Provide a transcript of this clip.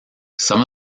some